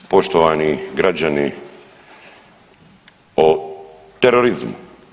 poštovani građani o terorizmu.